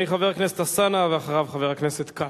חבר הכנסת אלסאנע, ואחריו, חבר הכנסת כץ.